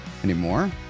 Anymore